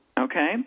Okay